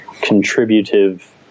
contributive